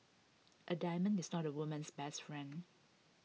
A diamond is not A woman's best friend